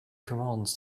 commands